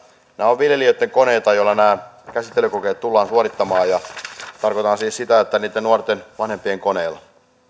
nämä ovat viljelijöitten koneita joilla nämä käsittelykokeet tullaan suorittamaan tarkoitan siis sitä että niitten nuorten vanhempien koneilla